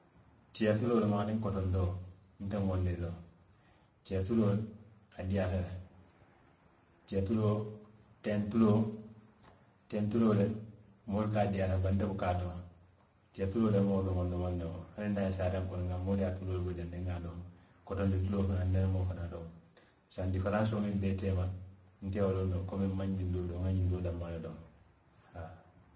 Tiya tuloo loŋ aniŋ kotondoo, nte ŋa wolu le loŋ, tiya tuloo, a diyaata le, tiya tuloo, teŋ tuloo, teŋ tuloo le moolu ko a diyaata, bari nte buka a domo, tiya tuloo de n ŋa wo domoŋ domoŋ ne wo, hani n na ñiŋ saateeŋ kono, moolu ye a tuloo bo jaŋ ne, n ŋa a domo; kotonda tuloo fanaŋ n nene maŋ wo fanaŋ domo, saayiŋ diferensoo muŋ be i teema, nte wo loŋ noo la, komiŋ n maŋ ñiŋ doo domo, n ŋa ñiŋ doo danmaa le domo haa